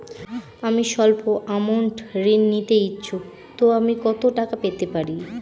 আমি সল্প আমৌন্ট ঋণ নিতে ইচ্ছুক তো আমি কত টাকা পেতে পারি?